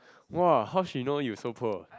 !wah! how she know you so poor